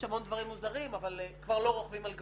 המון דברים מוזרים אבל כבר לא רוכבים על גמלים.